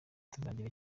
tuzagera